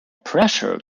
pressure